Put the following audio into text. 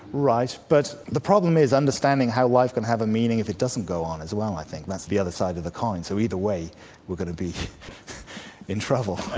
right, but the problem is, understanding how life can have a meaning if it doesn't go on, as well i think, that's the other side of the coin. so either way we're going to be in trouble.